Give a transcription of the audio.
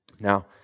Now